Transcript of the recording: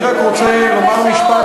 שמעתי אותך